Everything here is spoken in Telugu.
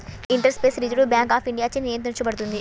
ఇంటర్ఫేస్ రిజర్వ్ బ్యాంక్ ఆఫ్ ఇండియాచే నియంత్రించబడుతుంది